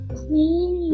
clean